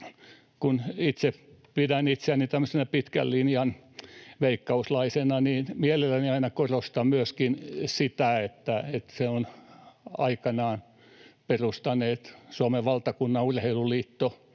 Kun itse pidän itseäni tämmöisenä pitkän linjan veikkauslaisena, niin mielelläni aina korostan myöskin sitä, että sen ovat aikoinaan perustaneet Suomen Valtakunnan Urheiluliitto,